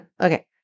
Okay